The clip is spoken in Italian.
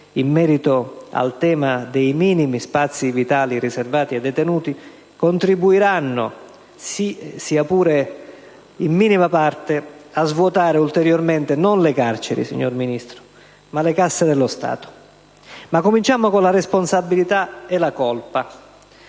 in merito al tema dei minimi spazi vitali riservati ai detenuti, contribuiranno, sia pure in minima parte, a svuotare ulteriormente non le carceri, signor Ministro, ma le casse dello Stato. Ma cominciamo con la responsabilità e la colpa.